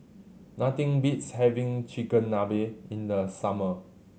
nothing beats having Chigenabe in the summer